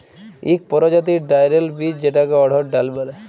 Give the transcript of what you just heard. ইক পরজাতির ডাইলের বীজ যেটাকে অড়হর ডাল ব্যলে